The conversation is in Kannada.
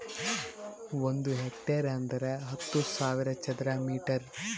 ಒಂದ್ ಹೆಕ್ಟೇರ್ ಅಂದರ ಹತ್ತು ಸಾವಿರ ಚದರ ಮೀಟರ್